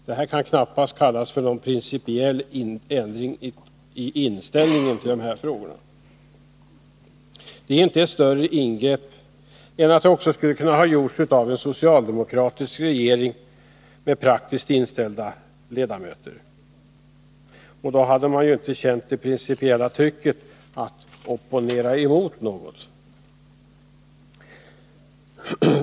Detta kan knappast kallas för någon principiell ändring i inställning till de här frågorna. Det är inte ett större ingrepp än att | det också skulle ha kunnat göras av en socialdemokratisk regering med praktiskt inställda ledamöter. Då hade man ju inte känt det principiella trycket att opponera mot något.